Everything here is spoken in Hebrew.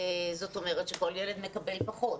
זה אומר שכל ילד מקבל פחות.